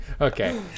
Okay